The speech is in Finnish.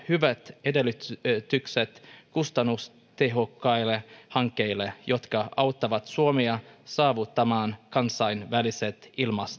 hyvät edellytykset kustannustehokkaille hankkeille jotka auttavat suomea saavuttamaan kansainväliset